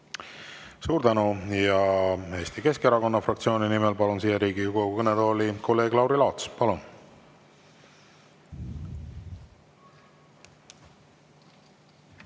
Suur tänu! Eesti Keskerakonna fraktsiooni nimel palun siia Riigikogu kõnetooli kolleeg Lauri Laatsi. Palun!